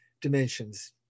dimensions